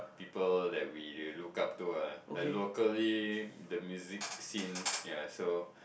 people that we they look up to ah like locally the music scene ya so